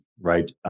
Right